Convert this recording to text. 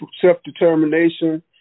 self-determination